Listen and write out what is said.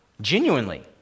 Genuinely